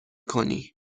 کنی